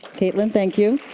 caitlin, thank you.